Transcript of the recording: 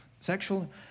sexual